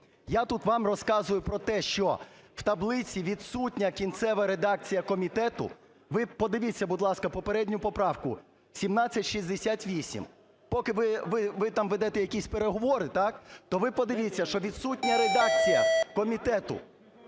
Я тут вам розказую про те, що в таблиці відсутня кінцева редакція комітету, ви подивіться, будь ласка, попередню поправку, 1768. Поки ви там ведете якісь переговори, то ви подивіться, що відсутня редакція комітету.